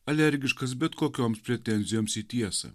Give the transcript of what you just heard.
alergiškas bet kokioms pretenzijoms į tiesą